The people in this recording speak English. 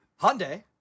Hyundai